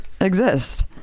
exist